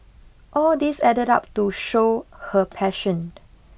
all these added up to show her passion